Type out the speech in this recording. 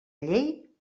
llei